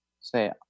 say